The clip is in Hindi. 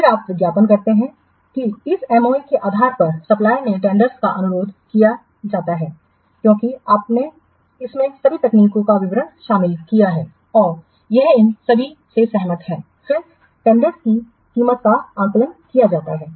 फिर आप विज्ञापन करते हैं कि इस एमओए के आधार पर सप्लायर्स से टेंडर्स का अनुरोध किया जाता है क्योंकि इसमें सभी तकनीकी विवरण शामिल हैं और यह इन सभी से सहमत हैं फिर टेंडर्स को कीमत पर आंका जाता है